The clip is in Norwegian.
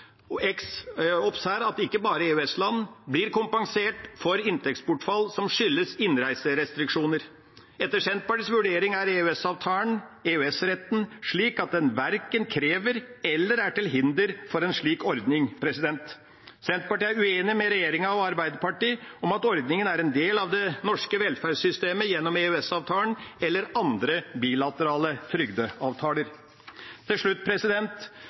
ikke bare i EØS-land, blir kompensert for inntektsbortfall som skyldes innreiserestriksjoner. Etter Senterpartiets vurdering er EØS-avtalen, EØS-retten, slik at den verken krever eller er til hinder for en slik ordning. Senterpartiet er uenig med regjeringa og Arbeiderpartiet i at ordningen er en del av det norske velferdssystemet gjennom EØS-avtalen eller andre bilaterale trygdeavtaler. Til slutt: